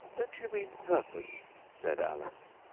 don't you mean purpose said alice.